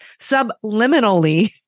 subliminally